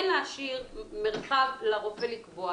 כן להשאיר מרחב לרופא לקבוע.